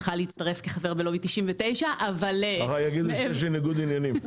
אותך להצטרף כחבר ללובי 99. יגידו שיש לי ניגוד עניינים.